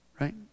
right